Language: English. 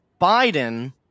Biden